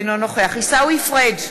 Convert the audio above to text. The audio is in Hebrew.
אינו נוכח עיסאווי פריג'